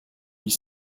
huit